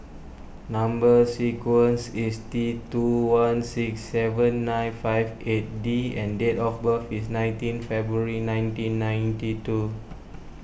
Number Sequence is T two one six seven nine five eight D and date of birth is nineteen February nineteen ninety two